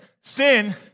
Sin